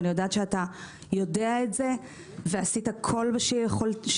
אני יודעת שאתה יודע את זה ושעשית כל מה שיכולת.